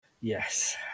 Yes